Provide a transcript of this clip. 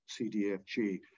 CDFG